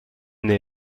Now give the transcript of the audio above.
aisne